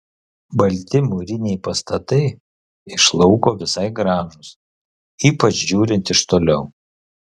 balti mūriniai pastatai iš lauko visai gražūs ypač žiūrint iš toliau